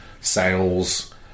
Sales